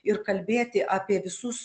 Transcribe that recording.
ir kalbėti apie visus